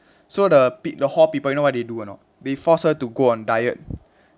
so the peo~ the hall people you know what they do or not they force her to go on diet